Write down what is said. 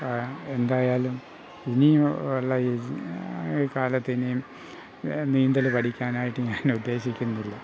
അപ്പ എന്തായാലും ഇനിയുള്ള ഈ ഈ കാലത്ത് ഇനിയും നീന്തൽ പഠിക്കാനായിട്ട് ഞാൻ ഉദ്ദേശിക്കുന്നില്ല